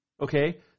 Okay